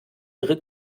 ihre